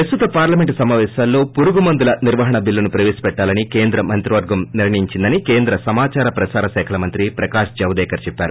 ప్రస్తుత పార్లమెంటు సమావేశాల్లో పురుగుమందుల నిర్వహణ బిల్లును ప్రవేశపెట్టాలని కేంద్ర మంత్రివర్గం నిర్ణయించిందని కేంద్ర సమాచార ప్రసార శాఖల మంత్రి జవదేకర్ చెప్పారు